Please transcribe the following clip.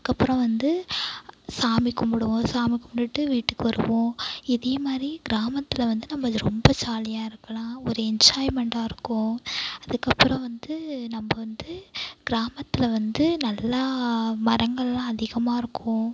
அதுக்கப்புறம் வந்து சாமி கும்பிடுவோம் சாமி கும்பிட்டுட்டு வீட்டுக்கு வருவோம் இதேமாதிரி கிராமத்தில் வந்து நம்ம ரொம்ப ஜாலியாக இருக்கலாம் ஒரு என்ஜாய்மெண்ட்டாக இருக்கும் அதுக்கப்புறம் வந்து நம்ம வந்து கிராமத்தில் வந்து நல்லா மரங்கள்லாம் அதிகமாக இருக்கும்